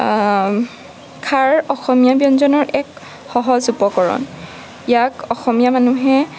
খাৰ অসমীয়া ব্যঞ্জনৰ এক সহজ উপকৰণ ইয়াক অসমীয়া মানুহে